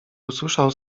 usłyszał